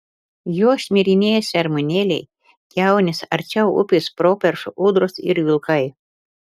juo šmirinėja šermuonėliai kiaunės arčiau upės properšų ūdros ir vilkai